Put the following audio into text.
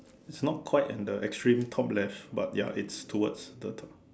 it's not quite on the extreme top left but ya it's towards the top